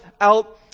out